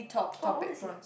oh I want to see